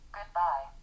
Goodbye